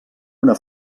una